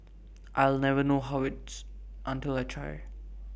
I'll never know how it's until I try